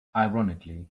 ironically